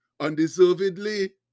undeservedly